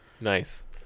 Nice